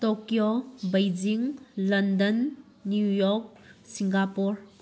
Tokyo Beijing London New York Singapore